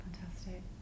Fantastic